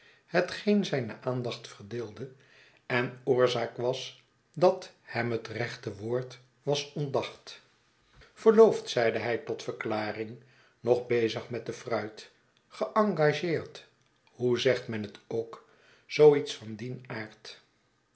hetgeen zijne aandacht verdeelde en oorzaak was dat hem het rechte woord was ontdacht verloofd zeide hij tot verklaring nog bezig met de fruit geengageerd hoe zegt men het ook zoo iets van dien aard